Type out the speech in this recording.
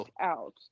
out